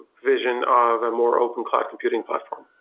vision of a more open cloud computing platform.